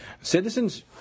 citizens